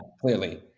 clearly